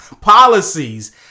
policies